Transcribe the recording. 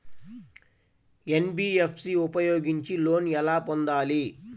NBFC ఉపయోగించి loan ఎలా పొందాలి?